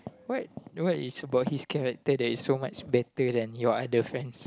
what what is about his character that is so much better than your other friend